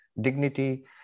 dignity